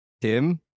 Tim